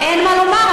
אין מה לומר,